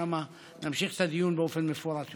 ושם נמשיך את הדיון באופן מפורט יותר.